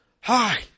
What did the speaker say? Hi